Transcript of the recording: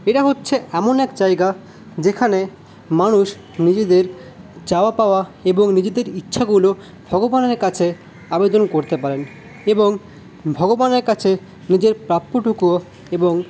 এটা হচ্ছে এমন এক জায়গা যেখানে মানুষ নিজেদের চাওয়া পাওয়া এবং নিজেদের ইচ্ছাগুলো ভগবানের কাছে আবেদন করতে পারে এবং ভগবানের কাছে নিজের প্রাপ্যটুকু এবং